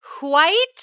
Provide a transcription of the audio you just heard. White